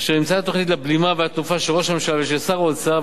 אשר אימצה את תוכנית הבלימה והתנופה של ראש הממשלה ושל שר האוצר,